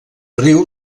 riu